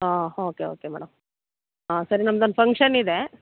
ಹಾಂ okay okay madam ಹಾಂ ಸರಿ ನಮ್ದೊಂದು ಫಂಕ್ಷನ್ನಿದೆ